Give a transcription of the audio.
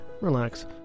relax